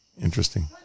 Interesting